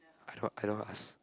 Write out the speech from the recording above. I don't want I don't want to ask